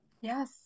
Yes